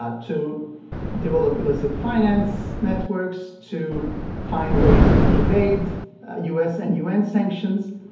ah to develop illicit finance networks, to find ways to evade u s. and u n. sanctions.